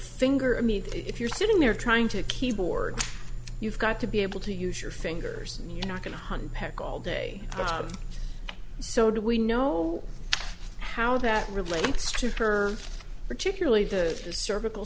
finger i mean if you're sitting there trying to keyboard you've got to be able to use your fingers and you're not going to hunt peck all day but so do we know how that relates to her particularly the cervical